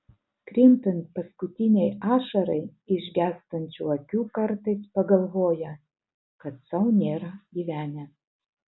krintant paskutinei ašarai iš gęstančių akių kartais pagalvoja kad sau nėra gyvenęs